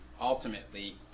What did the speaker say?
ultimately